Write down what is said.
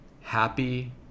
happy